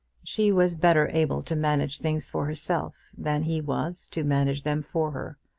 she was better able to manage things for herself than he was to manage them for her.